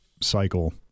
cycle